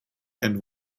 and